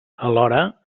alhora